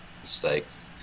mistakes